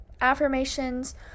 affirmations